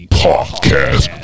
podcast